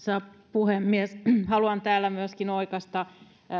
puhemies haluan täällä myöskin oikaista